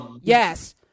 Yes